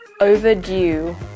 Overdue